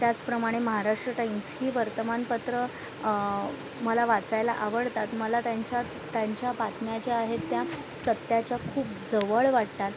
त्याचप्रमाणे महाराष्ट्र टाईम्स ही वर्तमानपत्रं मला वाचायला आवडतात मला त्यांच्यात त्यांच्या बातम्या ज्या आहेत त्या सत्याच्या खूप जवळ वाटतात